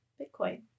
Bitcoin